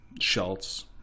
Schultz